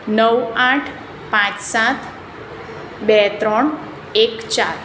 નવ આઠ પાંચ સાત બે ત્રણ એક ચાર